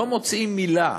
לא מוציאים מילה,